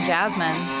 Jasmine